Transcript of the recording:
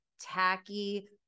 tacky